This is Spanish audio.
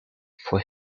fue